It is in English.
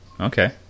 Okay